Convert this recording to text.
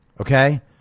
okay